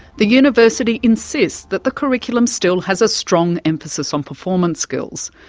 the university insists that the curriculum still has a strong emphasis on performance skills.